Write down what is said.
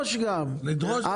לרון